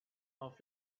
off